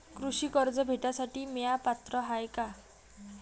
कृषी कर्ज भेटासाठी म्या पात्र हाय का?